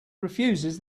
refuses